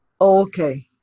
okay